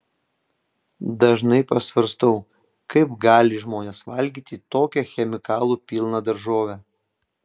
dažnai pasvarstau kaip gali žmonės valgyti tokią chemikalų pilną daržovę